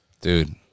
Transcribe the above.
Dude